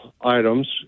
items